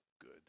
good